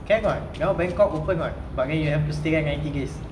can what now bangkok open what but then you have to stay there ninety days